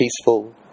peaceful